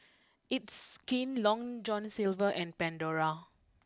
it's Skin long John Silver and Pandora